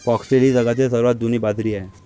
foxtail ही जगातील सर्वात जुनी बाजरी आहे